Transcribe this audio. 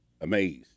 amazed